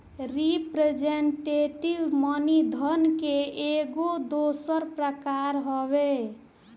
representative money धन के एगो दोसर प्रकार हवे